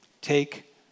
take